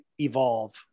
evolve